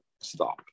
Stop